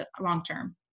long-term